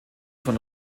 von